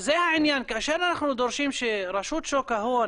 זה העניין - כאשר אנחנו דורשים שרשות שוק ההון